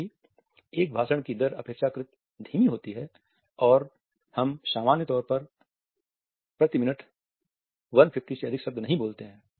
हालांकि एक भाषण की दर अपेक्षाकृत धीमी होती है और हम सामान्य तौर हम पर प्रति मिनट 150 से अधिक शब्द नहीं बोलते हैं